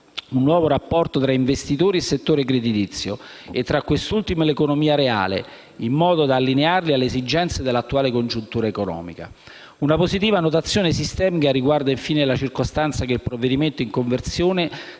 un nuovo rapporto tra investitori e settore creditizio e tra quest'ultimo e l'economia reale, in modo da allinearli alle esigenze dell'attuale congiuntura economica. Una positiva notazione sistemica riguarda infine la circostanza che il provvedimento in conversione